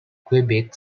quebec